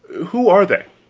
who are they?